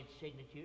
signature